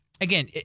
Again